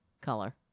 color